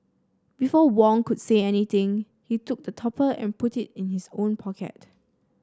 before Wong could say anything he took the topper and put it in his own pocket